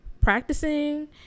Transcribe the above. practicing